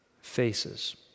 faces